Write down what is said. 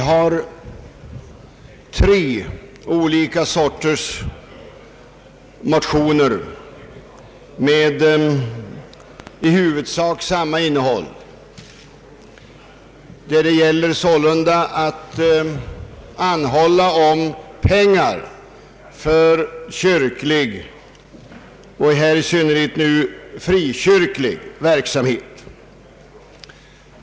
Det finns tre motioner med i huvudsak samma innehåll, d. v. s. i vilka man begär pengar för kyrklig verksamhet och i synnerhet frikyrklig verksamhet.